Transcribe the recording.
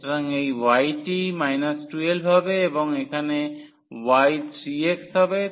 সুতরাং এই y টি 12 হবে এবং এখানে y 3x হবে তাহলে 3 হবে